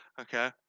Okay